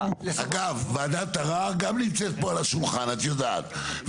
אגב, ועדת ערר גם נמצאת פה על השולחן את יודעת.